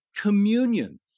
Communion